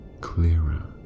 clearer